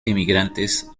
emigrantes